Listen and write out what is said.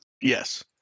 Yes